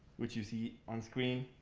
which you see on screen,